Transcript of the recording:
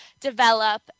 develop